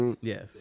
Yes